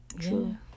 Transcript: true